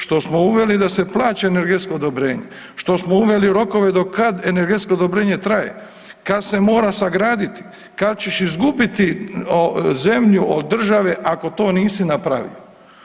Što smo uveli da se plaća energetsko odobrenje, što smo uveli rokove do kad energetsko odobrenje traje, kad se mora sagraditi, kad ćeš izgubiti zemlju od države ako to nisi napravio.